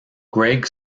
greg